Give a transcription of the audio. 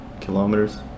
kilometers